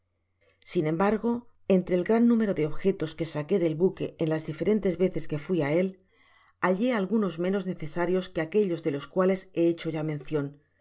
sin embargo entre el gran número de objetos que saqué del buque en las diferentes teces que fui á él hallé al gunos meno necesarios que aquellos de los cuales he hecho ya mencion